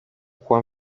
juan